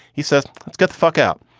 he says, let's get the fuck out.